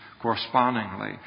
correspondingly